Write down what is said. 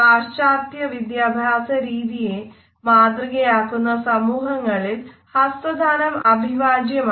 പാശ്ചാത്യ വിദ്യാഭ്യാസരീതിയെ മാതൃകയാക്കുന്ന സമൂഹങ്ങളിൽ ഹസ്തദാനം അഭിവാജ്യമാണ്